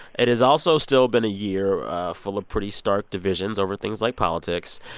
it has also still been a year full of pretty stark divisions over things like politics.